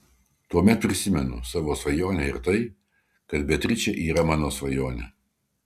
tuomet prisimenu savo svajonę ir tai kad beatričė yra mano svajonė